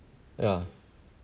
yeah